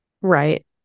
Right